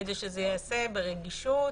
כדי שזה ייעשה ברגישות